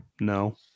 No